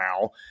now